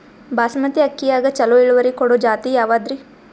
ಬಾಸಮತಿ ಅಕ್ಕಿಯಾಗ ಚಲೋ ಇಳುವರಿ ಕೊಡೊ ಜಾತಿ ಯಾವಾದ್ರಿ?